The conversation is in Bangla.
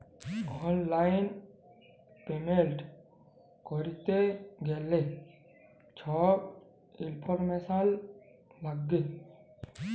অললাইল পেমেল্ট ক্যরতে গ্যালে ছব ইলফরম্যাসল ল্যাগে